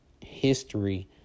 history